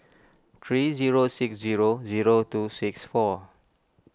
three zero six zero zero two six four